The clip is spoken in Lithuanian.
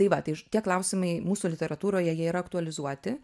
tai va tai tie klausimai mūsų literatūroje jie yra aktualizuoti